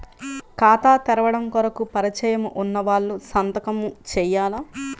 ఖాతా తెరవడం కొరకు పరిచయము వున్నవాళ్లు సంతకము చేయాలా?